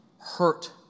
hurt